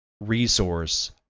resource